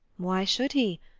why should he?